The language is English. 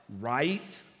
right